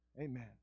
Amen